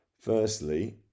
Firstly